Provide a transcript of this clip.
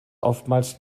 oftmals